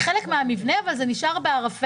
היא חלק מהמתווה אבל זה נשאר בערפל.